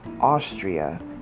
Austria